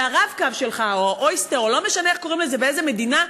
וה"רב-קו" שלך או ה-Oyster או לא משנה איך קוראים לזה באיזו מדינה,